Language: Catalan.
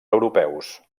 europeus